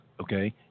Okay